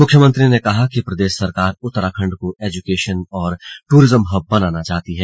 मुख्यमंत्री ने कहा कि प्रदेश सरकार उत्तराखण्ड को एजुकेशन और टूरिज्म हब बनाना चाहती है